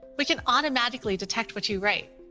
we can automatically detect what you write,